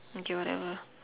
okay whatever